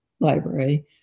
Library